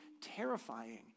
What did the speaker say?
terrifying